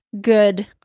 good